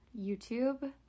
YouTube